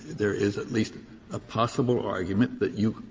there is at least a possible argument that you,